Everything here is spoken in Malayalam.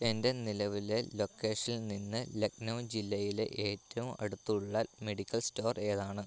എൻ്റെ നിലവിലെ ലൊക്കേഷനിൽ നിന്ന് ലക്നൗ ജില്ലയിലെ ഏറ്റവും അടുത്തുള്ള മെഡിക്കൽ സ്റ്റോർ ഏതാണ്